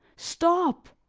stop!